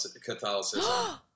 Catholicism